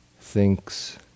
thinks